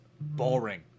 boring